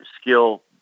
skill